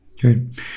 Good